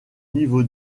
niveau